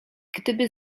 gdyby